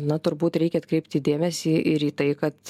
na turbūt reikia atkreipti dėmesį ir į tai kad